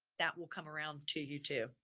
that will come around to you too.